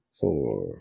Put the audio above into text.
Four